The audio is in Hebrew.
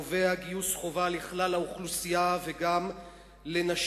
קובע גיוס חובה לכלל האוכלוסייה וגם לנשים.